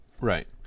Right